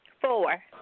Four